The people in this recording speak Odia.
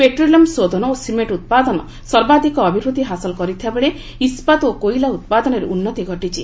ପେଟ୍ରୋଲିୟମ୍ ଶୋଧନ ଓ ସିମେଣ୍ଟ ଉତ୍ପାଦନ ସର୍ବାଧିକ ଅଭିବୃଦ୍ଧି ହାସଲ କରିଥିବାବେଳେ ଇସ୍କାତ ଓ କୋଇଲା ଉତ୍ପାଦନରେ ଉନ୍ନତି ଘଟିଛି